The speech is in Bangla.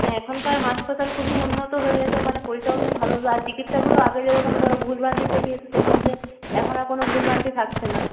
এখনকার হাসপাতাল খুবই উন্নত হয়ে গেছে ওখানে পরিষেবাও তুমি ভালো পাবে আর চিকিৎসাগুলো আগে যেরকম ধরো ভুল ভ্রান্তি থেকে যেতো সেক্ষেত্রে এখন আর কোনো ভুল ভ্রান্তি থাকছে না